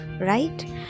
right